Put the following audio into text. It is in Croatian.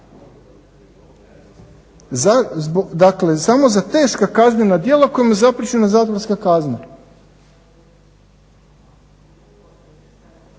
Dakle, samo za teška kaznena djela kojima je zaprečena zatvorska kazna.